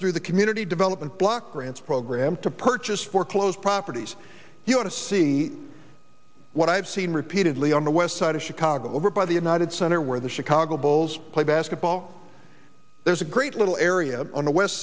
through the community development block grants program to purchase foreclosed properties you want to see what i have seen repeatedly on the west side of chicago river by the united center where the chicago bulls play basketball there's a great little area on the west